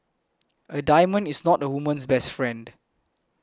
a diamond is not a woman's best friend